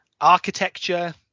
architecture